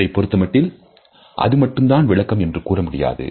இதைப் பொருத்தமட்டில் அது மட்டும் தான் விளக்கம் என்று கூற முடியாது